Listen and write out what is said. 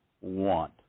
want